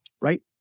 right